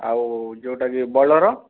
ଆଉ ଯେଉଁଟା ବି ବଡ଼ର